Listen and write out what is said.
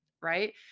right